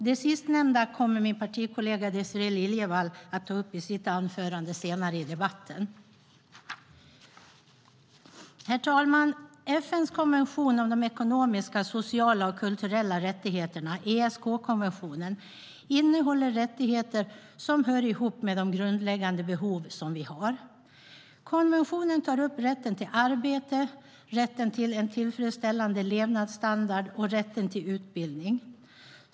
Det sistnämnda kommer min partikollega Désirée Liljevall att ta upp i sitt anförande senare i debatten. Herr talman! FN:s konvention om de ekonomiska, sociala och kulturella rättigheterna, ESK-konventionen, innehåller rättigheter som hör ihop med de grundläggande behov som vi har. Konventionen tar upp rätten till arbete, rätten till en tillfredsställande levnadsstandard och rätten till utbildning.